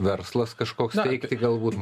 verslas kažkoks teikia tai galbūt